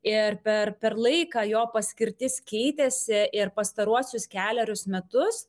ir per per laiką jo paskirtis keitėsi ir pastaruosius kelerius metus